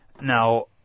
Now